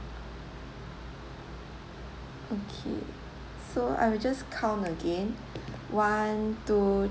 okay so I will just count again one two